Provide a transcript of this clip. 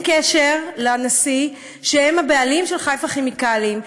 אין קשר לנשיא, שהם הבעלים של חיפה כימיקלים.